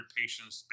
patients